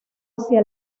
hacia